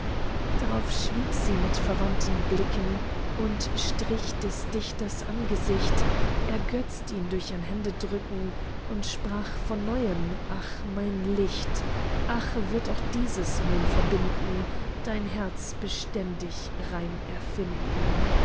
drauf schwieg sie mit verwandten blicken und strich des dichters angesicht ergötzt ihn durch ein händedrücken und sprach von neuem ach mein licht ach wird auch dieses mein verbinden dein herz beständig rein erfinden